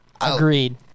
Agreed